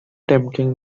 tempting